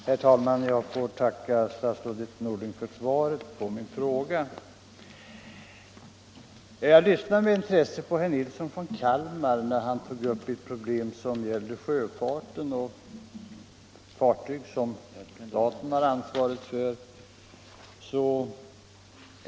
Herr talman! Jag tackar statsrådet Norling för svaret på min fråga. Jag lyssnade med intresse till herr Nilsson i Kalmar, som tog upp ett problem beträffande sjöfarten. Det gällde ett fartyg som staten har ansvaret för.